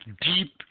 deep